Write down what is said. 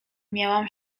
miałam